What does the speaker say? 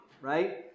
right